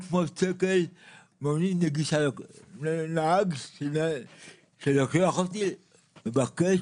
לי 1500 שקל --- נהג שלוקח אותי מבקש